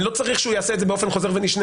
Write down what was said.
אני לא צריך שהוא יעשה את זה באופן חוזר ונשנה.